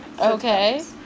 okay